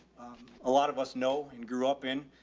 a lot of us know and grew up in,